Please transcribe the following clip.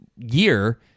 year